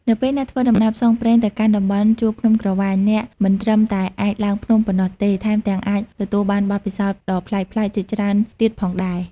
នៅពេលអ្នកធ្វើដំណើរផ្សងព្រេងទៅកាន់តំបន់ជួរភ្នំក្រវាញ អ្នកមិនត្រឹមតែអាចឡើងភ្នំប៉ុណ្ណោះទេ ថែមទាំងអាចទទួលបានបទពិសោធន៍ដ៏ប្លែកៗជាច្រើនទៀតផងដែរ។